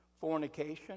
Fornication